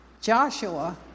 Joshua